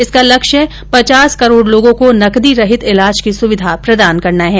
इसका लक्ष्य पचास करोड़ लोगों को नकदी रहित इलाज की सुविधा प्रदान करना है